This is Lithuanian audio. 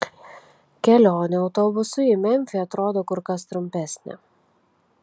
kelionė autobusu į memfį atrodo kur kas trumpesnė